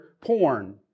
porn